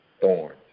thorns